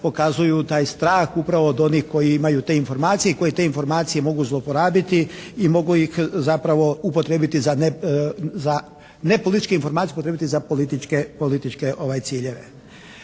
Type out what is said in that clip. pokazuju taj strah upravo od onih koji imaju te informacije i koji te informacije mogu zlouporabiti i mogu ih zapravo upotrijebiti, ne političke informacije upotrijebiti za političke ciljeve.